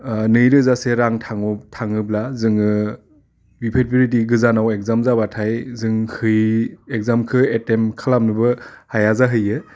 नैरोजासे रां थां थाङोब्ला जोङो बिबायदि गोजानाव एग्जाम जाबाथाय जोंखै एग्जामखो एटेमप्ट खालामनोबो हाया जाहैयो